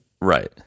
Right